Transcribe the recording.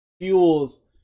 fuels